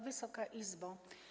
Wysoka Izbo!